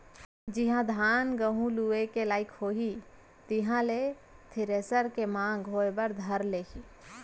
जिहॉं धान, गहूँ लुए के लाइक होही तिहां ले थेरेसर के मांग होय बर धर लेही